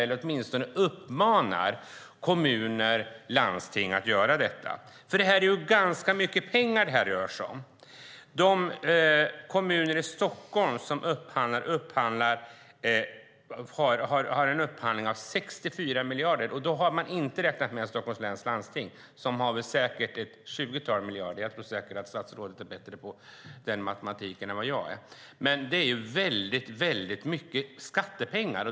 Man kan åtminstone uppmana kommuner och landsting när det gäller detta. För det är ganska mycket pengar det rör sig om. Kommunerna i Stockholms län har en upphandling om 64 miljarder. Då har man inte räknat med Stockholms läns landsting som säkert har ett 20-tal miljarder. Jag tror att statsrådet är bättre på den matematiken än vad jag är. Men det är väldigt mycket skattepengar.